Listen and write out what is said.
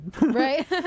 right